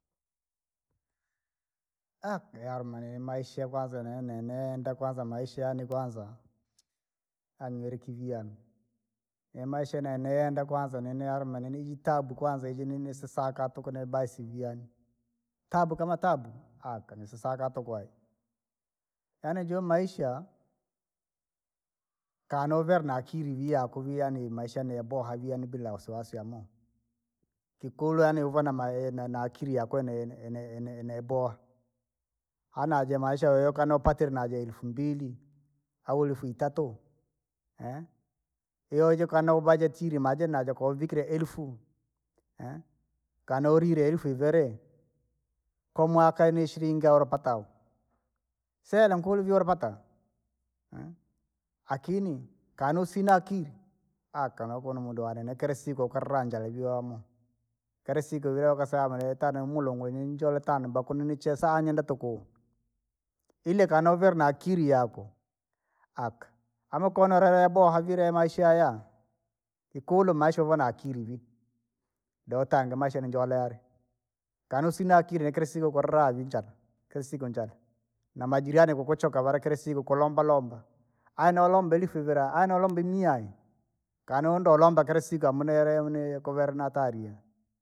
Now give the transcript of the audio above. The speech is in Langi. yarame ni maisha kwanza ni- ne- ne- neenda kwanza maisha yaani kwanza, yaani nilikiviani, ye maisha yeni niyenda kwanza nene arume nene vitabu kwanza iji nini sisaka tuku ni basi jiani, tabu kama tabu aka nisisaka tuku aye. Yaani juu maisha, kanuvera na akiri viako via ni maisha niyaboha via ni bila wasiwasi yama, kikulu yaani uve na mae- na- nakili ya kuwa ene- ene- ene- eneboa, hana je maisha yoyoka nopatile na ja elfu mbili au elfu itatu, yo jikaja nibajeti yo jikaja naubajeti ilima aje naja ko uvikire elfu. kanaulile elfu ivere, kwaumwaka ni shilingi aurupatao, sera nkulu viola pata, akini kanausina akiri, aka naukona umundu wale ni kilasiku ukalanjaribiwamo. Kilasiku kila vakasama nitanamulo ngonyi njole tana bakunini chesaa nenda tuku, ile kanauvera na akili yako, aka anokonelela yaboha vile maisha haya, vikulu maisha uve na akili vii, dotange maisha ninjolele, kana usina akili ni kilasiku kuraa vinchala, kilasiku njala. Namajirani kukuchoka valekelesile ukulombalomba, anaulombe ilifivila analombe ninyanya, kanondo ulomba kilasiku amunayele amuna yele kovela na kaliya.